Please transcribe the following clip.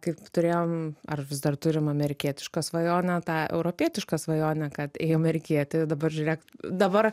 kaip turėjom ar vis dar turim amerikietišką svajonę tą europietišką svajonę kad amerikieti dabar žiūrėk dabar